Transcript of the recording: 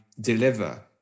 deliver